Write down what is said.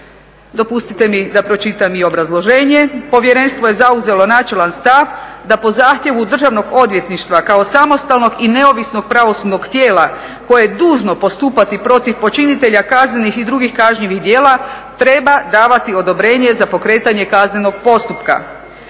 Dopustite mi da pročitam i obrazloženje. Povjerenstvo je zauzelo načelan stav da po zahtjevu Državnog odvjetništva kao samostalnog i neovisnog pravosudnog tijela koje je dužno postupati protiv počinitelja kaznenih i drugih kažnjivih djela treba davati odobrenje za pokretanje kaznenog postupka.